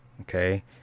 Okay